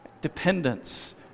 Dependence